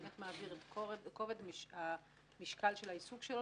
באמת מעביר את כובד המשקל של העיסוק שלו